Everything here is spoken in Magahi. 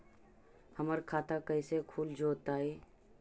हमर खाता कैसे खुल जोताई?